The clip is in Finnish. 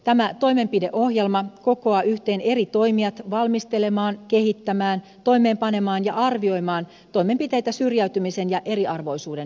tämä toimenpideohjelma kokoaa yhteen eri toimijat valmistelemaan kehittämään toimeenpanemaan ja arvioimaan toimenpiteitä syrjäytymisen ja eriarvoisuuden vähentämiseksi